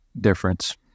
difference